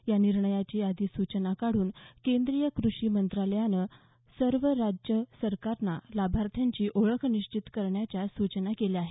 या निर्णयाची अधिसूचना काढून केंद्रीय कृषी मंत्रालयानं सर्व राज्य सरकारांना लाभार्थ्यांची ओळख निश्चित करण्याच्या सूचना केल्या आहेत